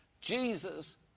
Jesus